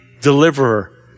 deliverer